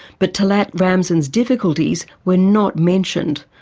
but talet ramzan's difficulties were not mentioned.